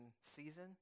season